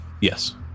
yes